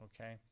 Okay